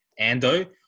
Ando